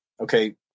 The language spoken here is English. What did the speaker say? okay